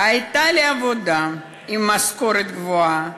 הייתה לי עבודה עם משכורת גבוהה.